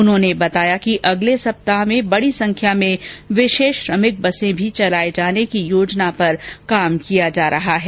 उन्होंने बताया कि अगले सप्ताह में बड़ी संख्या में विशेष श्रमिक बर्से भी चलाए जाने की योजना पर काम किया जा रहा है